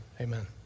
amen